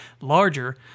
larger